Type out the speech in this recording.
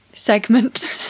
segment